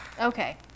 Okay